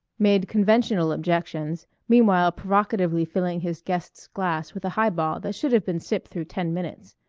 made conventional objections, meanwhile provocatively filling his guest's glass with a high-ball that should have been sipped through ten minutes.